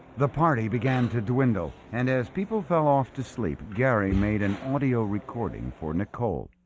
the party began to dwindle and as people fell off to sleep gary made an audio recording for nicole